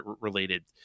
related